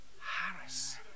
Harris